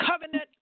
Covenant